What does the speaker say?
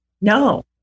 No